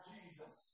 Jesus